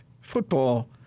football